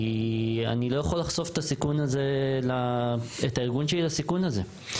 כי אני לא יכול לחשוף את הארגון שלי לסיכון הזה,